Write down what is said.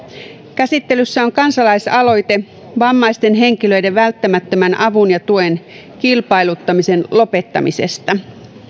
käsittelyssä on kansalaisaloite vammaisten henkilöiden välttämättömän avun ja tuen kilpailuttamisen lopettamisesta